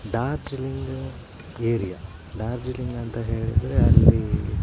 Darjeeling area Darjeeling ಅಂತ ಹೇಳಿದರೆ ಅಲ್ಲಿ